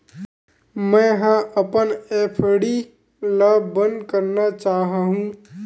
मेंहा अपन एफ.डी ला बंद करना चाहहु